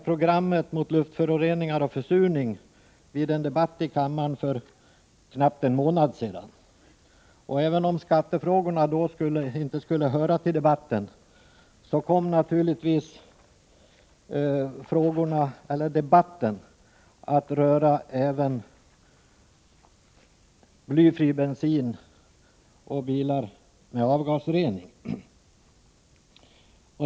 Program mot luftföroreningar och försurning behandlades vid en debatt i kammaren för knappt en månad sedan. Även om skattefrågorna då inte skulle höra till debatten kom debatten naturligtvis att beröra även blyfri bensin och bilar med avgasrening.